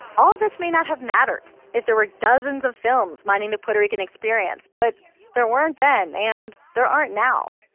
all of this may not have mattered if there were dozens of films mining the puerto rican experience. but there weren't then and there aren't now.